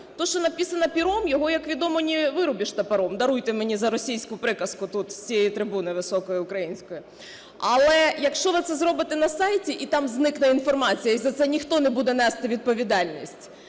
"то, что написано пером", його, як відомо, "не вырубишь топором". Даруйте мені за російську приказку тут, з цієї трибуни високої української. Але, якщо ви це зробите на сайті і там зникне інформація, і за це ніхто не буде нести відповідальність